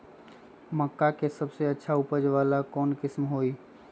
मक्का के सबसे अच्छा उपज वाला कौन किस्म होई?